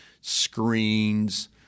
screens